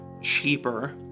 cheaper